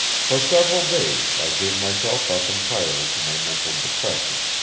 for several days i gave myself up entirely to my mental depression,